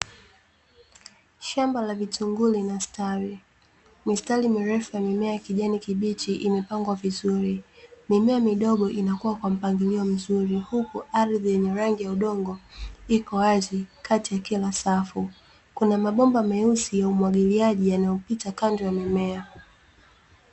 Shamba la vitunguu linastawi, mistari mirefu ya mimea ya kijani kibichi imepangwa vizuri, mimea midogo inakua kwa mpangilio mzuri ,huku ardhi yenye rangi ya udongo iko wazi kati ya kila safu. Kuna mabomba meusi ya umwagiliaji yanayopita kando ya mimea.